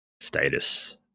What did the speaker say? status